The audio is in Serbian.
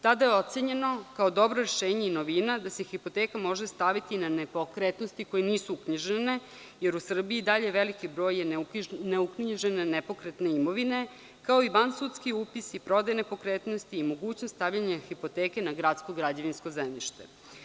Tada je ocenjeno kao dobro rešenje i novina da se hipoteka može staviti i na nepokretnosti koje nisu uknjižene jer u Srbiji je i dalje veliki broj neuknjižene nepokretne imovine, kao i vansudski upisi i prodaja nepokretnosti i mogućnost stavljanja hipoteke na gradsko-građevinsko zemljište.